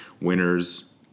Winners